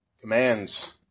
commands